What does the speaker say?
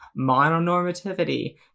mononormativity